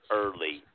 early